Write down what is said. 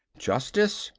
justice,